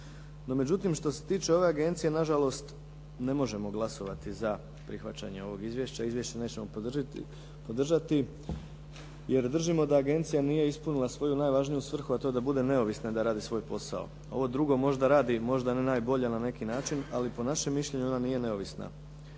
No, međutim, što se tiče ove agencije nažalost ne možemo glasovati za prihvaćanje ovoga izvješća, izvješće nećemo podržati jer držimo da agencija nije ispunila svoju najvažniju svrhu a to je da bude neovisna da radi svoj posao. Ovo drugo možda radi, možda ne najbolje ali na neki način, ali po našem mišljenju ona nije neovisna